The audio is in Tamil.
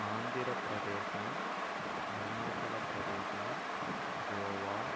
ஆந்திரப் பிரதேஷம் அருணாச்சலப் பிரதேஷம் கோவா